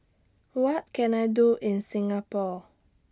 What Can I Do in Singapore